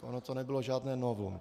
Ono to nebylo žádné novum.